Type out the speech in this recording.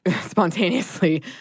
spontaneously